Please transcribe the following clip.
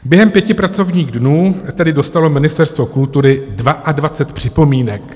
Během pěti pracovních dnů tedy dostalo Ministerstvo kultury 22 připomínek.